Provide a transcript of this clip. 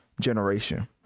generation